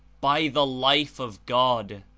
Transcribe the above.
by the life of god!